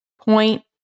point